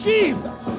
Jesus